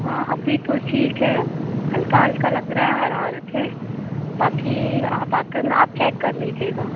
हाँ अभी तो ठीक है हल्का हल्का लग रहा है हरारत है बाकी आप आकर म आप चेक कर लीजिएगा